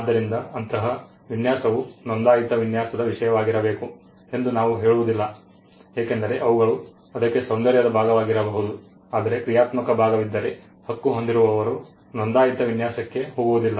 ಆದ್ದರಿಂದ ಅಂತಹ ವಿನ್ಯಾಸವು ನೋಂದಾಯಿತ ವಿನ್ಯಾಸದ ವಿಷಯವಾಗಿರಬೇಕು ಎಂದು ನಾವು ಹೇಳುವುದಿಲ್ಲ ಏಕೆಂದರೆ ಅವುಗಳು ಅದಕ್ಕೆ ಸೌಂದರ್ಯದ ಭಾಗವಾಗಿರಬಹುದು ಆದರೆ ಕ್ರಿಯಾತ್ಮಕ ಭಾಗವಿದ್ದರೆ ಹಕ್ಕು ಹೊಂದಿರುವವರು ನೋಂದಾಯಿತ ವಿನ್ಯಾಸಕ್ಕೆ ಹೋಗುವುದಿಲ್ಲ